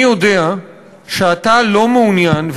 אני יודע שאתה לא מעוניין,